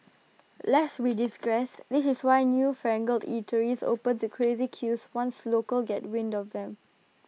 lest we digress this is why newfangled eateries open to crazy queues once locals get wind of them